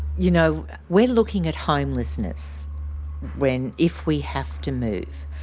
you know we're looking at homelessness when, if we have to move.